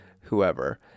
whoever